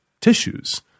tissues